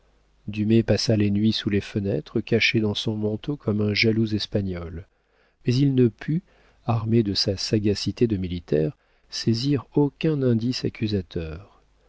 dumay passa les nuits sous les fenêtres caché dans son manteau comme un jaloux espagnol mais il ne put armé de sa sagacité de militaire saisir aucun indice accusateur